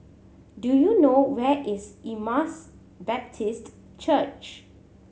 do you know where is Emmaus Baptist Church